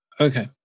Okay